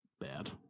bad